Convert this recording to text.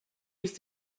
ist